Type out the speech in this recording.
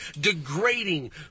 degrading